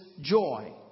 joy